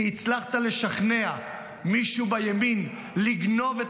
כי הצלחת לשכנע מישהו בימין לגנוב את